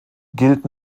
gilt